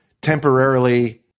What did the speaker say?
temporarily